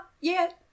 yet